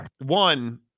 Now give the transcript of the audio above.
one